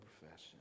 profession